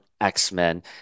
x-men